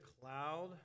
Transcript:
cloud